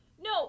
No